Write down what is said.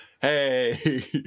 hey